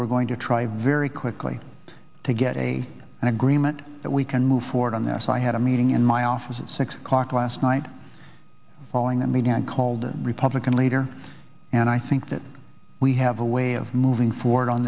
we're going to try very quickly to get a an agreement that we can move forward on this i had a meeting in my office at six o'clock last night following that meeting i called the republican leader and i think that we have a way of moving forward on